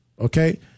okay